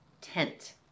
tent